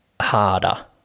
harder